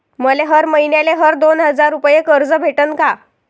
मले हर मईन्याले हर दोन हजार रुपये कर्ज भेटन का?